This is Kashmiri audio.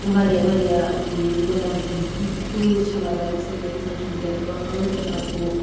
واریاہ واریاہ مطلب تۭر چھےٚ لَگان اَمۍ سۭتۍ اِنسان چھُ وٕنۍکٮ۪ن دَپان کانٛگٕر تَپہو